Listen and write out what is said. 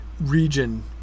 region